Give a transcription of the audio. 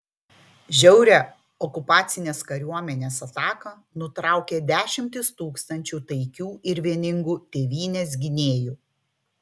žiaurią okupacinės kariuomenės ataką nutraukė dešimtys tūkstančių taikių ir vieningų tėvynės gynėjų